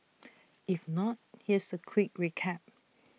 if not here's A quick recap